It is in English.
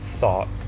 thought